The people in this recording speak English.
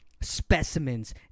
specimens